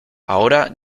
ahora